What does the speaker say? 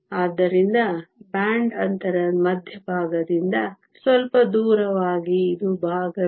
ಆದ್ದರಿಂದ ಬ್ಯಾಂಡ್ ಅಂತರದ ಮಧ್ಯಭಾಗದಿಂದ ಸ್ವಲ್ಪ ದೂರವಾಗಿ ಇದು ಭಾಗ ಬಿ